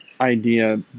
idea